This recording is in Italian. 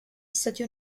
stati